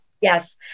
Yes